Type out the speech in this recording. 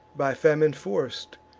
by famine forc'd,